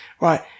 right